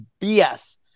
BS